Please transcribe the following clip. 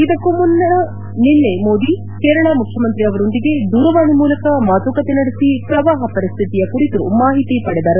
ಇದಕ್ಕೂ ಮುನ್ನ ನಿನ್ನೆ ಮೋದಿ ಕೇರಳ ಮುಖ್ಯಮಂತ್ರಿ ಅವರೊಂದಿಗೆ ದೂರವಾಣಿ ಮೂಲಕ ಮಾತುಕತೆ ನಡೆಸಿ ಪ್ರವಾಹ ಪರಿಸ್ತಿತಿಯ ಕುರಿತು ಮಾಹಿತಿ ಪಡೆದರು